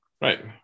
Right